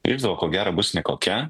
išdava ko gero bus nekokia